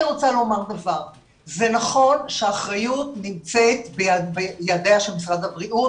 זה נכון שהאחריות נמצאת בידיו של משרד הבריאות,